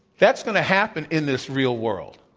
that's going to happen in this real world.